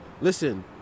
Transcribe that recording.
listen